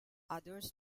others